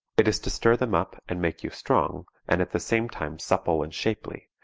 it is to stir them up and make you strong, and at the same time supple and shapely,